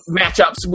matchups